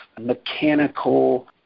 mechanical